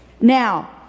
Now